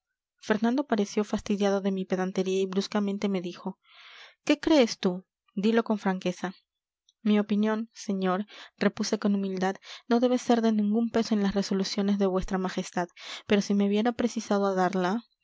fernando pareció fastidiado de mi pedantería y bruscamente me dijo qué crees tú dilo con franqueza mi opinión señor repuse con humildad no debe ser de ningún peso en las resoluciones de vuestra majestad pero si me viera precisado a darla